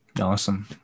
Awesome